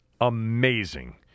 amazing